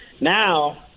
Now